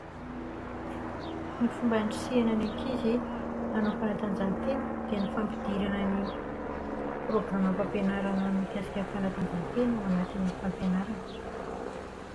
Ny fomba andrisihana ny ankizy hanao fanatanjahantena dia ny fampidirana ny programam-pampianarana mikasika ny fanatanjahantena ao anatin'ny fampianarana.